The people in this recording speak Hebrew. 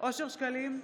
אושר שקלים,